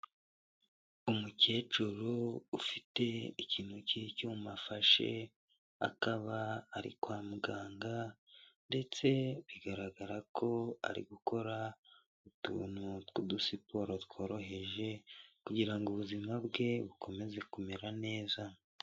Umukecuru ufite ikintu cy'icyuma afashe akaba ari kwa muganga ndetse bigaragara ko ari gukora utuntu tw'udusiporo tworoheje kugira ngo ubuzima bwe bukomeze kumera neza.